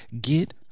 Get